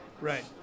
Right